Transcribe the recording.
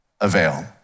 avail